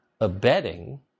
abetting